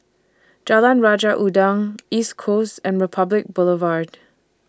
Jalan Raja Udang East Coast and Republic Boulevard